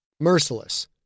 Merciless